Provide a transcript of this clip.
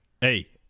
hey